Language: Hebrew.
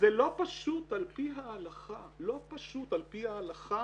זה לא פשוט על פי ההלכה, לא פשוט על פי ההלכה